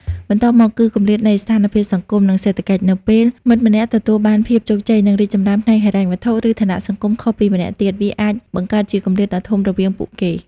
បន្ទាប់មក គឺ គម្លាតនៃស្ថានភាពសង្គម និងសេដ្ឋកិច្ច នៅពេលមិត្តម្នាក់ទទួលបានភាពជោគជ័យ និងរីកចម្រើនផ្នែកហិរញ្ញវត្ថុ ឬឋានៈសង្គមខុសពីម្នាក់ទៀត វាអាចបង្កើតជាគម្លាតដ៏ធំរវាងពួកគេ។